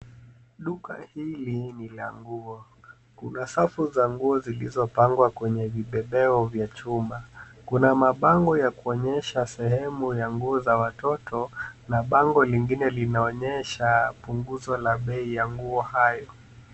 Duka hili ni la nguo. Kuna safu za nguo zilizopangwa kwenye vibebeo vya chuma. Kuna mabango ya kuonyesha sehemu ya nguo za watoto na bango lingine linaonyesha punguzo la bei ya nguo hayo.